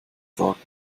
sagen